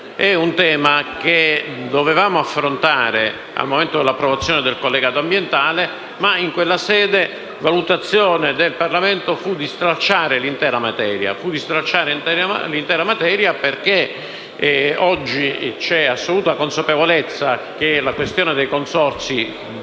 delicato e dovevamo affrontarlo al momento dell’approvazione del collegato ambientale. In quella sede, però, la valutazione del Parlamento fu di stralciare l’intera materia essendoci oggi assoluta consapevolezza che la questione dei consorzi